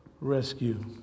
rescue